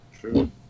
True